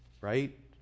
right